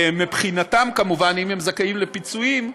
שמבחינתם, כמובן, אם הם זכאים לפיצויים,